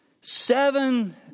seven